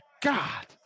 God